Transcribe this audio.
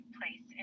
place